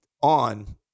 on